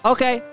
Okay